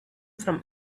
from